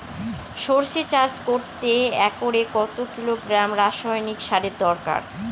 সরষে চাষ করতে একরে কত কিলোগ্রাম রাসায়নি সারের দরকার?